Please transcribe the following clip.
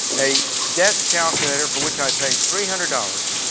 a desk calculator for which i paid three hundred dollars.